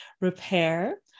repair